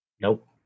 Nope